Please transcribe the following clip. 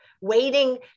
waiting